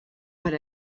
per